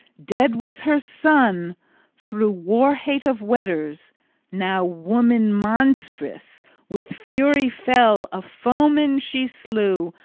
dead was her son through war-hate of weders now, woman monstrous with fury fell a foeman she slew,